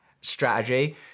strategy